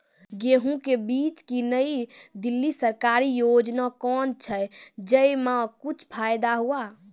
गेहूँ के बीज की नई दिल्ली सरकारी योजना कोन छ जय मां कुछ फायदा हुआ?